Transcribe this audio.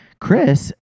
chris